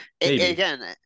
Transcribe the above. again